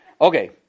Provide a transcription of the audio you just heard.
Okay